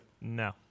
No